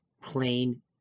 plain